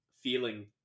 feeling